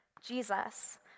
Jesus